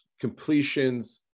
completions